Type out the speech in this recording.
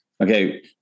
okay